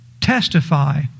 testify